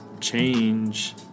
Change